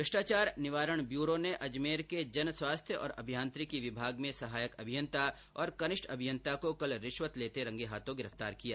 म्रष्टाचार निवारण bureau ACB ने अजमेर के जन स्वास्थ्य और अभियांत्रिकी विभाग में सहायक अभियंता और कनिष्ठ अभियंता को कल रिश्वत लेते रंगे हाथों गिरफ्तार कर लिया